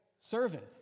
Servant